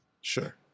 Sure